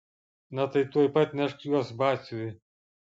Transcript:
na tai tuoj pat nešk juos batsiuviui